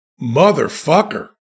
motherfucker